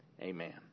Amen